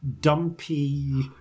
dumpy